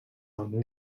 own